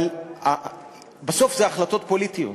אבל בסוף זה החלטות פוליטיות,